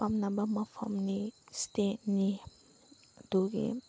ꯄꯥꯝꯅꯕ ꯃꯐꯝꯅꯤ ꯏꯁꯇꯦꯠꯅꯤ ꯑꯗꯨꯒꯤ